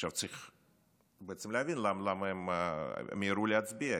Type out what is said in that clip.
עכשיו צריך בעצם להבין למה הם מיהרו להצביע,